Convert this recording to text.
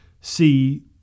see